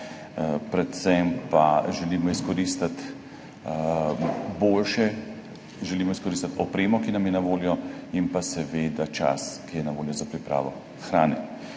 Predvsem pa želimo boljše izkoristiti opremo, ki nam je na voljo, in pa seveda čas, ki je na voljo za pripravo hrane.